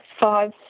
five